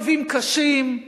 אויבים קשים.